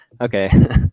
Okay